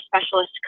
specialist